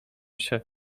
się